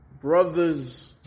brothers